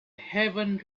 haven’t